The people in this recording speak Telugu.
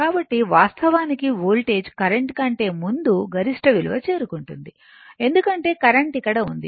కాబట్టి వాస్తవానికి వోల్టేజ్కరెంట్ కంటే ముందు గరిష్ట విలువ చేరుకుంటుంది ఎందుకంటే కరెంట్ ఇక్కడ ఉంది